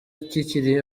kikiri